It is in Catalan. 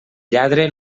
lladre